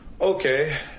okay